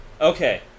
Okay